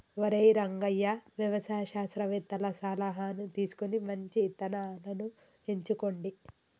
ఒరై రంగయ్య వ్యవసాయ శాస్త్రవేతల సలహాను తీసుకొని మంచి ఇత్తనాలను ఎంచుకోండి